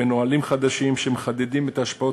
בנהלים חדשים שמחדדים את ההשפעות